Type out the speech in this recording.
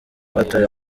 batawe